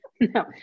No